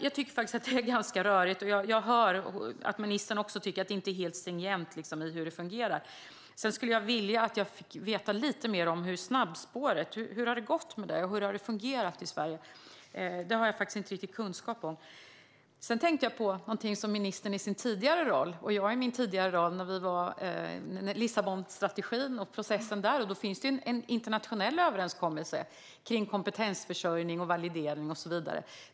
Jag tycker att det här är ganska rörigt, och jag hör att ministern också tycker att det inte är helt stringent hur det fungerar. Jag skulle också vilja veta lite mer om hur det har gått med snabbspåret. Hur har det fungerat i Sverige? Det har jag inte kunskap om. Jag tänkte på någonting som ministern i sin tidigare roll och jag i min tidigare roll sysslade med: Lissabonstrategin och processen där. Det finns ju en internationell överenskommelse om kompetensförsörjning, validering och så vidare.